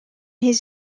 his